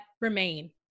remain